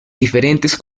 diferentes